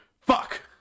Fuck